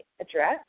address